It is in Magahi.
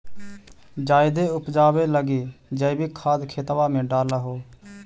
जायदे उपजाबे लगी जैवीक खाद खेतबा मे डाल हो?